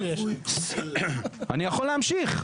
אני יכול להמשיך.